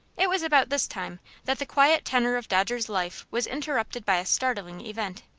it was about this time that the quiet tenor of dodger's life was interrupted by a startling event.